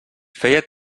feia